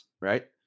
right